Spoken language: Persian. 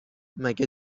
مگه